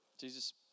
Jesus